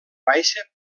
baixa